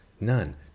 none